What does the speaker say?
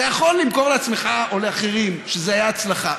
אתה יכול למכור לעצמך או לאחרים שזה היה הצלחה.